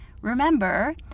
Remember